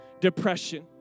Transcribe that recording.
depression